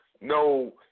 no